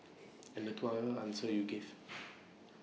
and the two other answers you gave